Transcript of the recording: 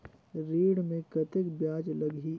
ऋण मे कतेक ब्याज लगही?